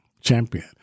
champion